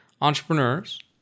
entrepreneurs